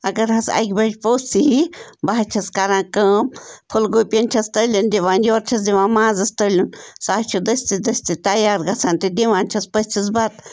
اَگر حظ اَکہِ بَجہِ پوٚژھ یی بہٕ حظ چھَس کَران کٲم فُلگوٗپِیَن چھَس تٔلنۍ دِوان یورٕ چھَس دِوان مازَس تٔلنۍ سُہ حظ چھُ دٔستی دٔستی تیار گژھان تہٕ دِوان چھَس پٔژھِس بَتہٕ